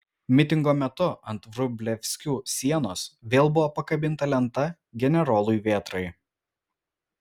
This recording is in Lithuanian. mitingo metu ant vrublevskių sienos vėl buvo pakabinta lenta generolui vėtrai